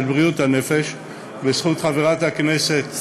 בריאות הנפש בזכות חברת הכנסת חנין זועבי,